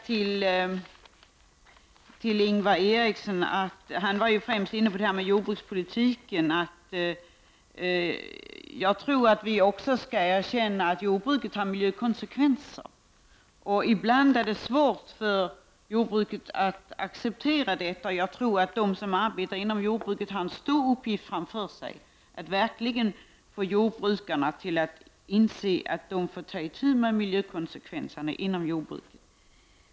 Till Ingvar Eriksson, som främst diskuterade jordbrukspolitik, vill jag säga att vi måste erkänna att även jordbruket medför konsekvenser för miljön. Ibland är det svårt för jordbruket att acceptera detta. De som arbetar inom den näringen har enligt min mening en stor uppgift framför sig. De måste verkligen inse att de är tvungna att ta itu med miljöproblemen inom jordbruket.